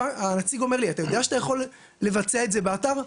הוא אומר לי אתה יודע שאתה יכול לבצע את זה באתר?